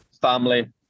family